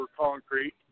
concrete